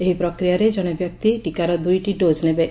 ଏହି ପ୍ରକ୍ରିୟାରେ ଜଣେ ବ୍ୟକ୍ତି ଟିକାର ଦୂଇଟି ଡୋଜ୍ ନେବେ